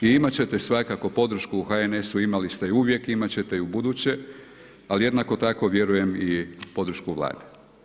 I imate ćete svakako podršku u HNS-u, imali ste je uvijek, imat ćete je i u buduće, ali jednako vjerujem i podršku Vlade.